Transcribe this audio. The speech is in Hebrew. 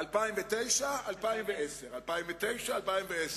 2009 ו-2010, 2009 ו-2010.